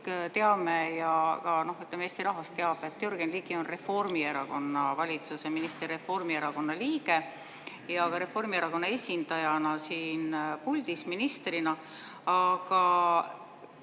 teame ja ka Eesti rahvas teab, et Jürgen Ligi on Reformierakonna valitsuse minister, Reformierakonna liige ja Reformierakonna esindajana siin puldis ministrina. Aga